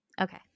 Okay